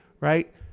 right